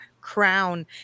crown